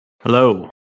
Hello